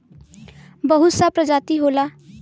बहुत सा प्रजाति होला